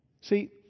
See